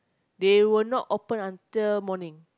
they will not open until morning